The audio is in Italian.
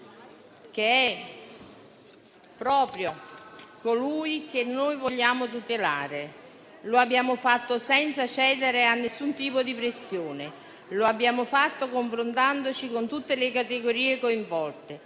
che è proprio colui che noi vogliamo tutelare. Lo abbiamo fatto senza cedere ad alcun tipo di pressione, confrontandoci con tutte le categorie coinvolte,